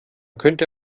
könnte